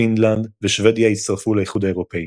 פינלנד ושוודיה הצטרפו לאיחוד האירופי.